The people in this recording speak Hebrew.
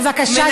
בבקשה,